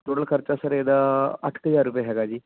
total ਖਰਚਾ sir ਇਹਦਾ ਅੱਠ ਕੁ ਹਜ਼ਾਰ ਰੁਪਏ ਹੈਗਾ ਜੀ